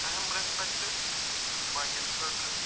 اہم رٮ۪سپٮ۪کٹ باقین خٲطرٕ